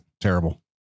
terrible